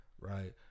right